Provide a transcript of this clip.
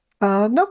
Nope